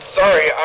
sorry